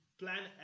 Plan